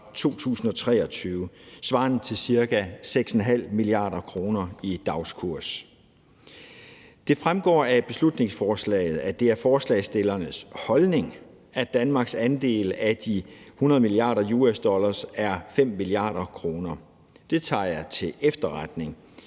svarende til ca. 6,5 mia. kr. i dagskurs. Det fremgår af beslutningsforslaget, at det er forslagsstillernes holdning, at Danmarks andel af de 100 mia. dollar er 5 mia. kr. Det tager jeg til efterretning,